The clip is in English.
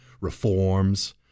reforms